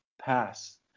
pass